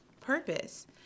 purpose